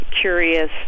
curious